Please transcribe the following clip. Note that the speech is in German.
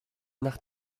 nach